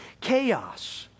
chaos